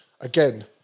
again